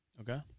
Okay